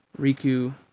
Riku